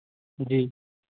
जी